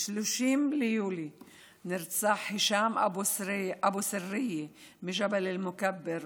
ב-30 ביולי נרצח הישאם אבו סריה מג'בל מוכבר,